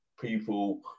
people